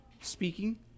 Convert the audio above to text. speaking